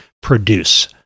produce